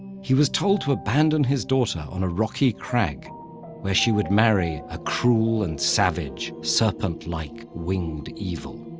he was told to abandon his daughter on a rocky crag where she would marry a cruel and savage serpent-like winged evil.